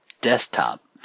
desktop